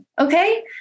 Okay